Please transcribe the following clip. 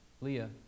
Leah